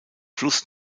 fluss